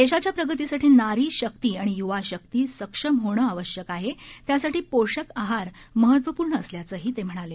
देशाच्या प्रगतीसाठी नारी शक्ती आणि युवा शक्ती सक्षम होणं आवश्यक आहे त्यासाठी पोषक आहार महत्पूर्ण असल्याचंही ते म्हणाले